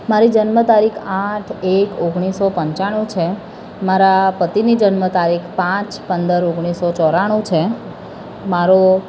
મારી જન્મ તારીખ આઠ એક ઓગણીસ સો પંચાણું છે મારા પતિની જન્મ તારીખ પાચ પંદર ઓગણીસ સો ચોરાણું છે મારો